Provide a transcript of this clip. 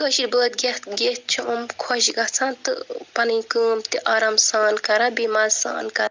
کٲشِر بٲتھ گٮ۪تھ گٮ۪تھ چھِ یِم خۅش گَژھان تہٕ پَنٕنۍ کٲم تہِ آرام سان کَران بیٚیہِ مَزٕ سان کَران